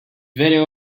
video